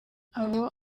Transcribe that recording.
abo